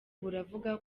buravuga